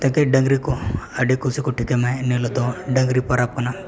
ᱛᱟᱠᱤ ᱰᱟᱹᱝᱨᱤ ᱠᱚ ᱟᱹᱰᱤ ᱠᱩᱥᱤ ᱠᱚ ᱴᱷᱤᱠᱟᱹᱭ ᱢᱟ ᱤᱱᱟᱹ ᱦᱤᱞᱚᱜ ᱫᱚ ᱰᱟᱹᱝᱨᱤ ᱯᱚᱨᱚᱵᱽ ᱠᱟᱱᱟ